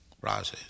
process